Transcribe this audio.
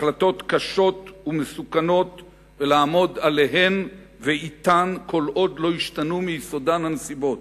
החלטות קשות ומסוכנות ולעמוד עליהן ואתן כל עוד לא השתנו מיסודן הנסיבות